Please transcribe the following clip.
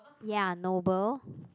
ya noble